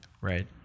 Right